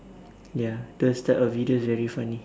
ya those type of videos very funny